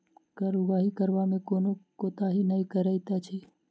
कर उगाही करबा मे कखनो कोताही नै करैत अछि